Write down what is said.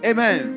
Amen